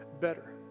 better